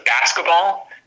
basketball